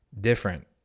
different